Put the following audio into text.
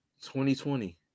2020